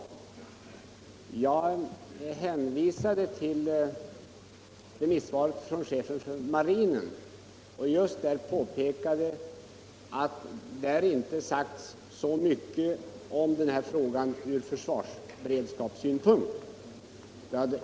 Men jag hade bara hänvisat till remissvaret från chefen från marinen och påpekat att däri inte sagts mycket om den här frågan ur försvarsberedskapssynpunkt.